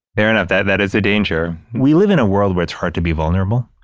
fair enough. that, that is a danger. we live in a world where it's hard to be vulnerable.